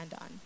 on